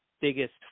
biggest